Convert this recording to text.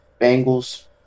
Bengals